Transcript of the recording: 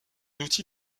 outil